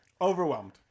Overwhelmed